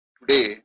today